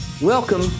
Welcome